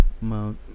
Mount